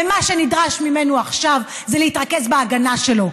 ומה שנדרש ממנו עכשיו זה להתרכז בהגנה שלו.